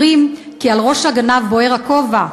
אומרים כי על ראש הגנב בוער הכובע,